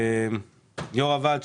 יו"ר הוועד,